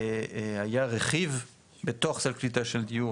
היה רכיב בתוך סל קליטה של דיור,